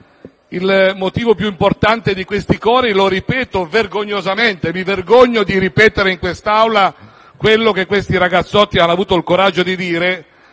Il motivo più importante di questi cori lo ripeto vergognosamente. Mi vergogno di ripetere in quest'Aula quello che questi ragazzotti hanno avuto il coraggio di dire